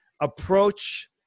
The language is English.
approach